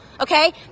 Okay